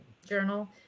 Journal